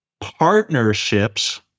Partnerships